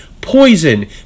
Poison